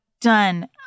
done